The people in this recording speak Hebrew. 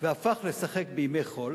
ועבר לשחק בימי חול,